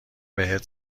بهت